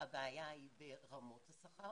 הבעיה היא ברמות השכר,